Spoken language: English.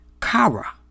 kara